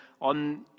on